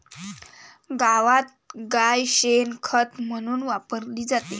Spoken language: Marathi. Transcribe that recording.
गावात गाय शेण खत म्हणून वापरली जाते